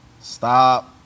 Stop